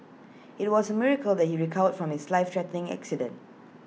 IT was A miracle that he recovered from his life threatening accident